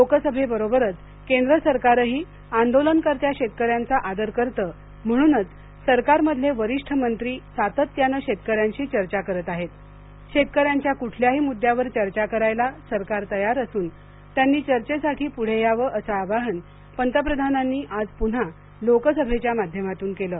लोकसभेबरोबरच केंद्र सरकारही आंदोलनकर्त्या शेतकऱ्यांचा आदर करत म्हणूनच सरकार मधले वरिष्ठ मंत्री सातत्यानं शेतकऱ्यांशी चर्चा करत आहेत शेतकऱ्यांच्या कुठल्याही मुद्द्यावर चर्चा करायला सरकार तयार असून त्यांनी चर्चेसाठी पुढे यावं असं आवाहन पंतप्रधानांनी आज पुन्हा लोकसभेच्या माध्यमातून केलं